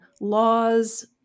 laws